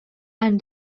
and